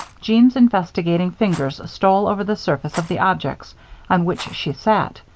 jeanne's investigating fingers stole over the surface of the objects on which she sat,